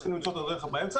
צריך למצוא את דרך האמצע,